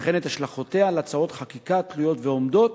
וכן את השלכותיה על הצעות חקיקה התלויות ועומדות,